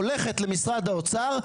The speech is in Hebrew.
הולכת למשרד האוצר,